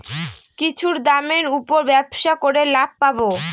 কিছুর দামের উপর ব্যবসা করে লাভ পাবো